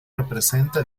representa